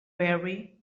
barry